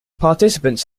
participants